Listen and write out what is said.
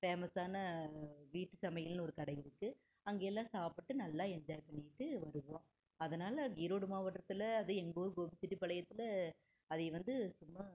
ஃபேமஸான வீட்டு சமையல்ன்னு ஒரு கடை இருக்கு அங்கேயெல்லாம் சாப்பிட்டு நல்லா என்ஜாய் பண்ணிட்டு வருவோம் அதனால் ஈரோடு மாவட்டத்தில் அதுவும் எங்கள் ஊர் கோபிசெட்டிப்பாளையத்தில் அது வந்து சும்மா